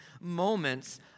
moments